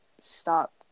stop